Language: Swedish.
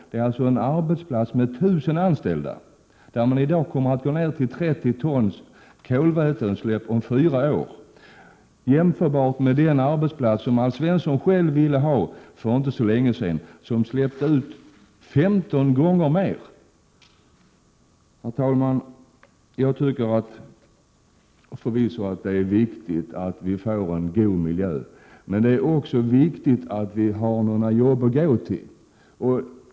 Här är det fråga om en arbetsplats med 1 000 anställda, där man kommer ner till 30 tons kolväteutsläpp om fyra år. Det skall då jämföras med den arbetsplats som Alf Svensson själv ville ha för inte länge sedan, som släppte ut 15 gånger mer. Herr talman! Jag tycker förvisso att det är viktigt att vi får en god miljö, men det är också viktigt att vi har några jobb att gå till.